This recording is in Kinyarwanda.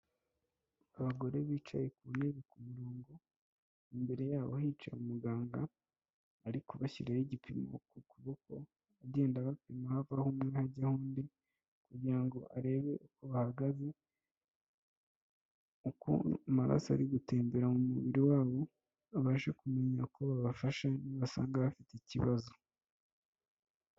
Abagore bicaye ku ntebe ku murongo imbere yabo hica umuganga ari kubashyiho igipimo ku kuboko agenda abapima hava aho umwe hajyaho undi kugira ngo arebe uko bahagaze uko amaraso ari gutembera mu mubiri wabo abashe kumenya ko babafashe nibasanga bafite ikibazo.